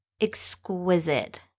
Exquisite